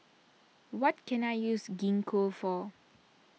what can I use Gingko for